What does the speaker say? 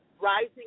rising